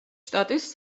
შტატის